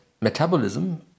metabolism